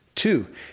Two